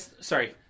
sorry